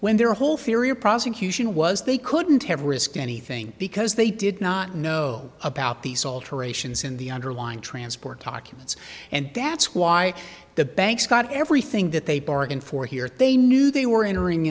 when their whole theory of prosecution was they couldn't have risked anything because they did not know about these alterations in the underlying transport documents and that's why the banks got everything that they bargained for here they knew they were entering